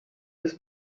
his